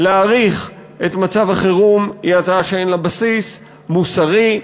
להאריך את מצב החירום היא הצעה שאין לה בסיס מוסרי,